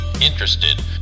interested